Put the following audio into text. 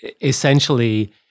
essentially